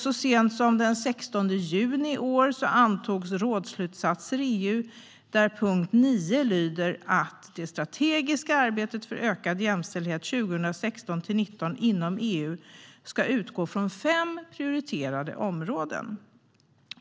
Så sent som den 16 juni i år antogs rådslutsatser i EU där punkt 9 lyder att det strategiska arbetet för ökad jämställdhet inom EU 2016-2019 ska utgå från fem prioriterade områden.